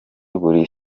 buri